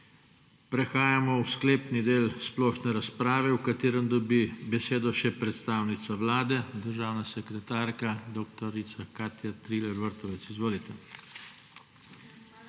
Prehajamo v sklepni del splošne razprave, v katerem dobi besedo še predstavnica vlade, državna sekretarka dr. Katja Triller Vrtovec. Izvolite.